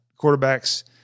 quarterbacks